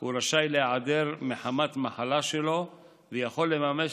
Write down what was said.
הוא רשאי להיעדר מחמת מחלה שלו ויכול לממש